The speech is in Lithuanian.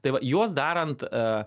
tai va juos darant